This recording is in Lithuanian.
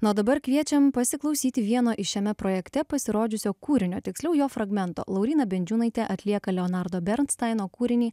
na o dabar kviečiam pasiklausyti vieno iš šiame projekte pasirodžiusio kūrinio tiksliau jo fragmento lauryna bendžiūnaitė atlieka leonardo bernstaino kūrinį